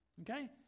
Okay